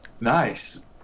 Nice